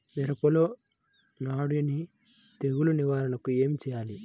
మిరపలో నానుడి తెగులు నివారణకు ఏమి చేయాలి?